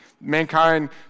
Mankind